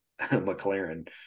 McLaren